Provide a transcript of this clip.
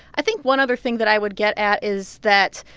i think one other thing that i would get at is that,